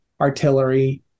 artillery